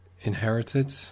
inherited